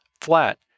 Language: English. flat